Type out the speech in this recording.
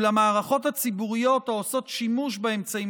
ולמערכות הציבוריות העושות שימוש באמצעים